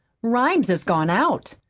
rhymes has gone out.